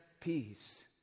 peace